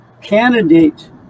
candidate